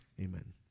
Amen